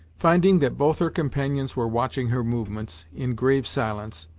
finding that both her companions were watching her movements, in grave silence,